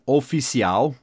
Oficial